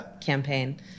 campaign